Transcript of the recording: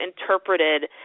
interpreted